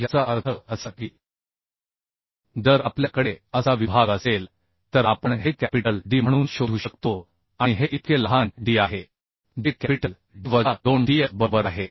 याचा अर्थ असा की जर आपल्याकडे असा विभाग असेल तर आपण हे कॅपिटल D म्हणून शोधू शकतो आणि हे इतके लहान d आहे जे कॅपिटल D वजा 2Tf बरोबर आहे